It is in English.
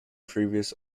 previous